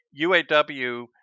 UAW